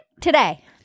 today